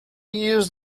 used